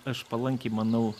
aš palankiai manau